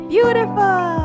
Beautiful